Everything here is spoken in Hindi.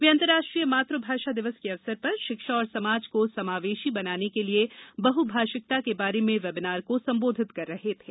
वे अंतर्राष्ट्रीय मात भाषा दिवस के अवसर पर शिक्षा और समाज को समावेषी बनाने के लिए बहुभाषिकता के बारे में वेबिनार को संबोधित कर रहे थे